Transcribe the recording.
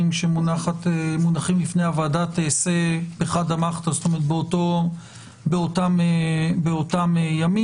שמונחים בפינ הוועדה תיעשה באותם ימים.